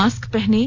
mask पहनें